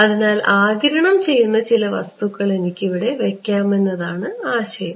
അതിനാൽ ആഗിരണം ചെയ്യുന്ന ചില വസ്തുക്കൾ എനിക്ക് ഇവിടെ വയ്ക്കാമെന്നതാണ് ആശയം